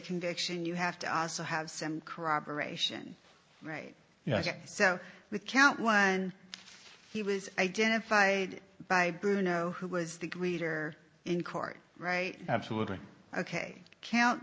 conviction you have to also have some corroboration right so with count one he was identified by bruno who was the greeter in court right absolutely ok count